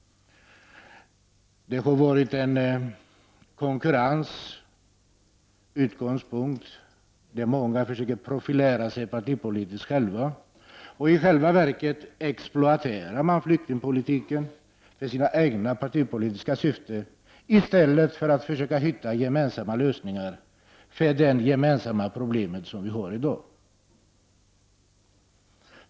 Det har varit en konkurrens där många har försökt att partipolitiskt profilera sig. I själva verket exploateras flyktingpolitiken för egna partipolitiska syften i stället för att man försöker hitta gemensamma lösningar för det gemensamma problem som vi i dag har.